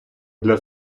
для